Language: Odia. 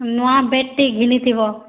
ନୂଆ ବ୍ୟାଟ୍ଟେ ଘିନିଥିବ